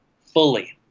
fully